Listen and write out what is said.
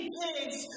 pigs